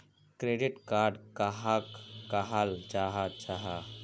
Credit card कहाक कहाल जाहा जाहा?